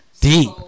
Deep